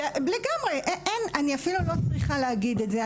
אני אפילו לא צריכה להגיד את זה.